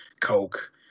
Coke